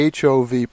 HOV